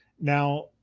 Now